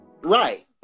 Right